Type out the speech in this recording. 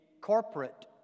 corporate